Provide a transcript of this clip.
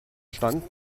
stand